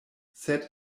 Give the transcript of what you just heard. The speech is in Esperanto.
sed